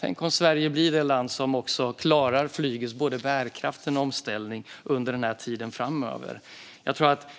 Tänk om Sverige blir det land som också klarar flygets både bärkraft och omställning under tiden framöver.